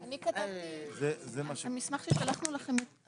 האם הטבלה הזאת כוללת גם רמה קוגניטיבית?